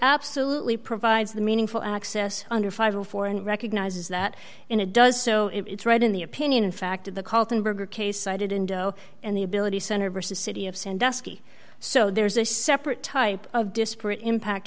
absolutely provides the meaningful access under five or four and recognizes that in a does so it's right in the opinion in fact of the cotton berger case cited in doe and the ability center versus city of sandusky so there's a separate type of disparate impact